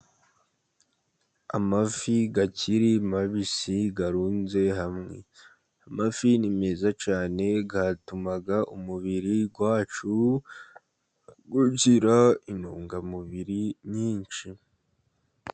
Amafi akiri mabisi arunze hamwe. Amafi ni meza cyane atuma umubiri wacu ugira intungamubiri nyinshi.